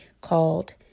called